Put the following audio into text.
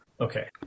Okay